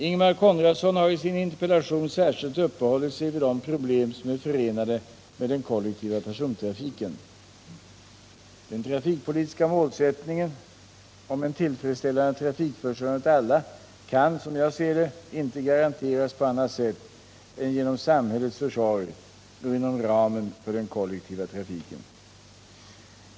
Ingemar Konradsson har i sin interpellation särskilt uppehållit sig vid de problem som är förenade med den kollektiva persontrafiken. Den trafikpolitiska målsättningen om en tillfredsställande trafikförsörjning åt alla kan, som jag ser det, inte garanteras på annat sätt än genom samhällets försorg och inom ramen för den kollektiva trafiken.